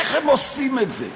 איך הם עושים את זה?